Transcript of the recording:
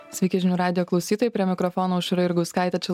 sveiki žinių radijo klausytojai prie mikrofono aušra jurgauskaitė čia